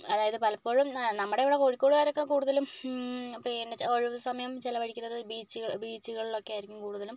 അതായത് പലപ്പോഴും നമ്മുടെ ഇവിടെ കോഴിക്കോടുകാരൊക്കെ കൂടുതലും പിന്നെ ഒഴിവു സമയം ചെലവഴിക്കുന്നത് ബീച്ച് ബീച്ചുകളിലൊക്കെയായിരിക്കും കൂടുതലും